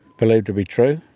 believe to be true